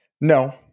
No